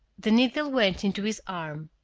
the needle went into his arm.